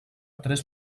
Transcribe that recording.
tres